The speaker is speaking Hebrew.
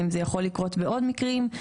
זה יכול לקרות בעוד מקרים.